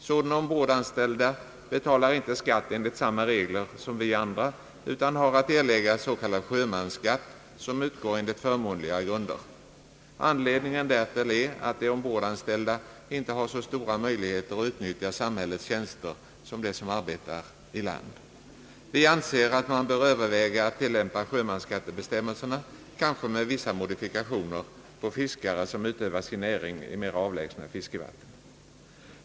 Sådana ombordanställda betalar inte skatt enligt samma regler som vi andra utan har att erlägga s.k. sjömansskatt som utgår enligt förmånligare grunder. Anledningen därtill är att de ombordanställda inte har så stora möjligheter att utnyttja samhällets tjänster som de som arbetar i land. Vi anser att man bör överväga att tillämpa sjömansskattebestämmelserna, med vissa modifikationer, på fiskare som utövar sin näring i mera avlägsna fiskevatten.